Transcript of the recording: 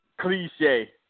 cliche